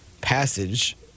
passage